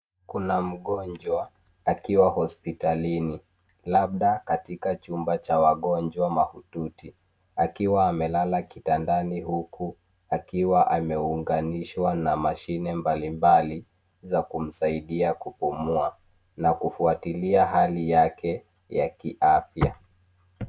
Kuna mgonjwa akiwa hospitalini, labda katika chumba cha wagonjwa mahututi, akiwa amelala kitandani huku akiwa ameunganishwa na mashine mbalimbali, za kumsaidia kupumua, na kufuatilia hali yake ya kiafya.